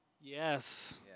Yes